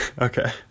Okay